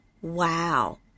Wow